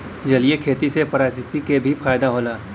जलीय खेती से पारिस्थितिकी के भी फायदा होला